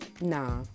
Nah